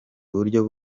buryo